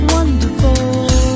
Wonderful